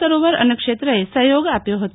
સરોવર અન્નક્ષેત્રએ સહયોગ આપ્યો હતો